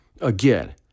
Again